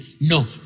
No